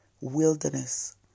wilderness